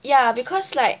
ya because like